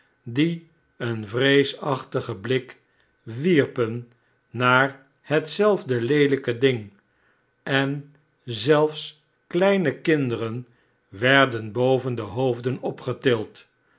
die een vreesachtigen blik wierpen naar hetzelfde leelijke ding en zelfs kleine kinderen werden boven de hoofdert opgetild